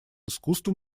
искусство